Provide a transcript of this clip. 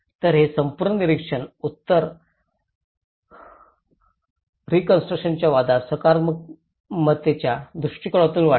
तर हे संपूर्ण निरीक्षण उत्तर संरचनावादाच्या सकारात्मकतेच्या दृष्टीकोनातून वाढते